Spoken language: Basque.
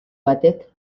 batek